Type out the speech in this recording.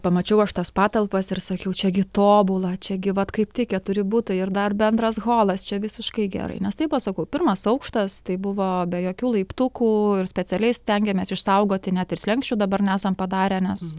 pamačiau aš tas patalpas ir sakiau čia gi tobula čia gi vat kaip tik keturi butai ir dar bendras holas čia visiškai gerai nes taip pat sakau pirmas aukštas tai buvo be jokių laiptukų ir specialiai stengėmės išsaugoti net ir slenksčių dabar nesam padarę nes